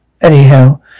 Anyhow